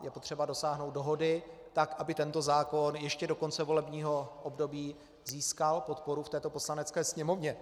Je potřeba dosáhnout dohody, tak aby tento zákon ještě do konce volebního období získal podporu v této Poslanecké sněmovně.